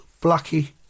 Blackie